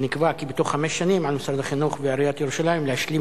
ונקבע בה כי בתוך חמש שנים על משרד החינוך ועיריית ירושלים להשלים